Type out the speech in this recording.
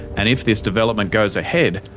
and if this development goes ahead,